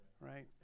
Right